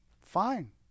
fine